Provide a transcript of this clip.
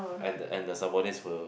and the and the subordinates will